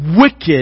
wicked